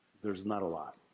there's not a lot.